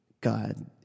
God